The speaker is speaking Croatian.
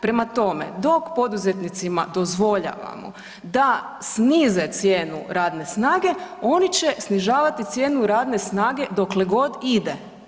Prema tome, dok poduzetnicima dozvoljavamo da snize cijenu radne snage, oni će snižavati cijenu radne snage dokle god ide.